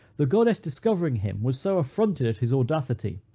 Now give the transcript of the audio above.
the goddess discovering him, was so affronted at his audacity,